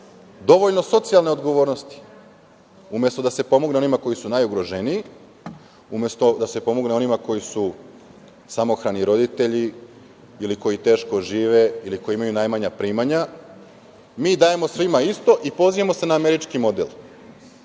dovoljno socijalne odgovornosti. Umesto da se pomogne onima koji su najugroženiji, umesto da se pomogne onima koji su samohrani roditelji ili koji teško žive ili koji imaju najmanja primanja, mi dajemo svima isto i pozivamo se na američki model.